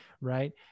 right